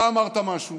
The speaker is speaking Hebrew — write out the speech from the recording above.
אתה אמרת משהו